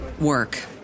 work